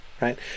right